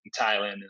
Thailand